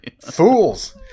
fools